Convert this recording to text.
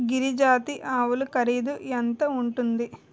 గిరి జాతి ఆవులు ఖరీదు ఎంత ఉంటుంది?